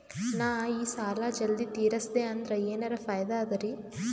ನಾ ಈ ಸಾಲಾ ಜಲ್ದಿ ತಿರಸ್ದೆ ಅಂದ್ರ ಎನರ ಫಾಯಿದಾ ಅದರಿ?